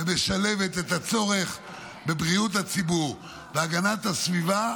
שמשלבת את הצורך בבריאות הציבור, בהגנת הסביבה,